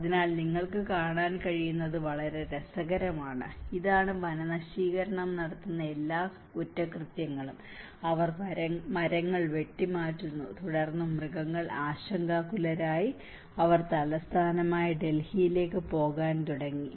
അതിനാൽ നിങ്ങൾക്ക് കാണാൻ കഴിയുന്നത് വളരെ രസകരമാണ് ഇതാണ് വനനശീകരണം നടത്തുന്ന എല്ലാ കുറ്റകൃത്യങ്ങളും അവർ മരങ്ങൾ വെട്ടിമാറ്റുന്നു തുടർന്ന് മൃഗങ്ങൾ ആശങ്കാകുലരായി അവർ തലസ്ഥാനമായ ഡൽഹിയിലേക്ക് പോകാൻ തുടങ്ങി